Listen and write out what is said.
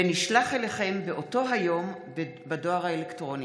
ונשלח אליכם באותו היום בדואר האלקטרוני.